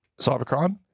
cybercrime